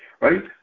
right